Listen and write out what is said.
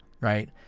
right